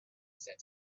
said